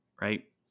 right